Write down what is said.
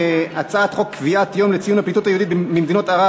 והצעת חוק קביעת יום לציון הפליטות היהודית ממדינות ערב,